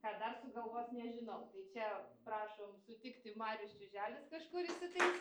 ką dar sugalvos nežinau tai čia prašom sutikti marius čiuželis kažkur įsitaisė